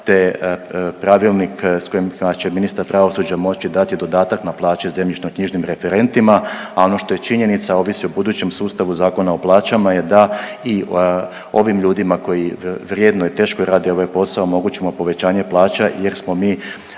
te pravilnik s kojima će ministar pravosuđa moći dati dodatak na plaće zemljišnoknjižnim referentima, a ono što je činjenica i ovisi o budućem sustavu Zakona o plaćama je da i ovim ljudima koji vrijedno i teško rade ovaj posao omogućimo povećanje plaća jer smo mi